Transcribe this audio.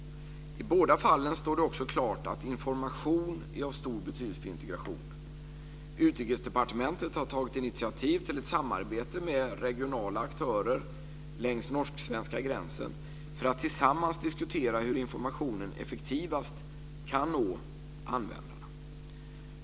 I båda fallen står det också klart att information är av stor betydelse för integrationen. Utrikesdepartementet har tagit initiativ till ett samarbete med regionala aktörer längs norsksvenska gränsen för att tillsammans diskutera hur informationen effektivast kan nå användarna.